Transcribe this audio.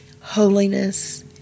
holiness